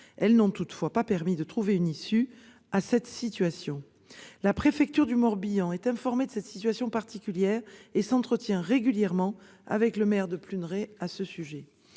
Celles-ci n'ont toutefois pas permis de trouver une issue à cette situation. La préfecture du Morbihan est informée de cette situation particulière et s'entretient régulièrement avec le maire de Pluneret à ce sujet.